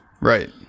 right